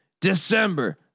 December